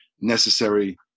necessary